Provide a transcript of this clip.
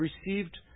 received